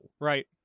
right